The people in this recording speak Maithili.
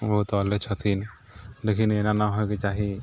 ओहो तऽ अल्ले छथिन्ह लेकिन एना न होइके चाही